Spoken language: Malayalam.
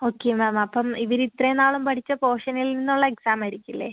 ഓക്കെ മാം അപ്പം ഇവര് ഇത്രയും നാളും പഠിച്ച പോർഷനിൽ നിന്നുള്ള എക്സാം ആയിരിക്കില്ലേ